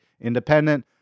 independent